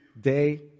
day